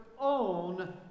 own